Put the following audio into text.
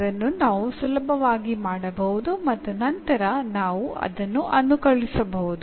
ಅದನ್ನು ನಾವು ಸುಲಭವಾಗಿ ಮಾಡಬಹುದು ಮತ್ತು ನಂತರ ನಾವು ಅದನ್ನು ಅನುಕಲಿಸಬಹುದು